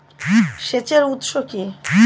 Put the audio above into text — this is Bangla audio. সেচের উৎস কি?